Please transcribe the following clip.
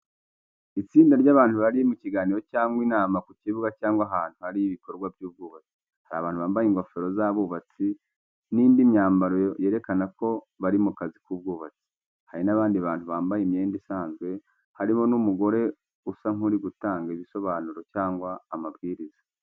Itsinda ry’abantu bari mu kiganiro, cyangwa inama ku kibuga cyangwa ahantu hari ibikorwa by’ubwubatsi. Hari abantu bambaye ingofero z’abubatsi n’indi myambaro yerekana ko bari mu kazi k’ubwubatsi. Hari n’abandi bantu bambaye imyenda isanzwe, harimo n’umugore usa nk’uri gutanga ibisobanuro cyangwa amabwiriza.